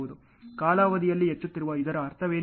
ಕಾಲಾವಧಿಯಲ್ಲಿ ಹೆಚ್ಚುತ್ತಿರುವ ಇದರ ಅರ್ಥವೇನು